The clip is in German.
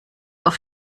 auf